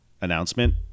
announcement